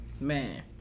Man